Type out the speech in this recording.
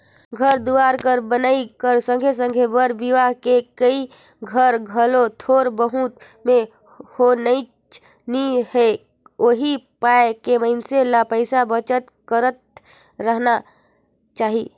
घर दुवार कर बनई कर संघे संघे बर बिहा के करई हर घलो थोर बहुत में होनेच नी हे उहीं पाय के मइनसे ल पइसा बचत करत रहिना चाही